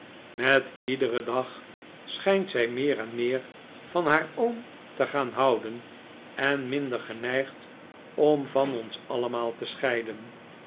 met iederen dag schijnt zij meer en meer van haar oom te gaan houden en minder geneigd om van ons allemaal te scheiden